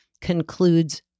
concludes